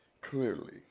clearly